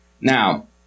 Now